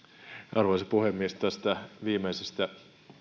puhemies tästä viimeisestä